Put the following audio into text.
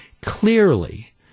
clearly